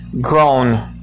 grown